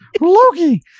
Loki